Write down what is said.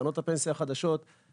קרנות הפנסיה החדשות,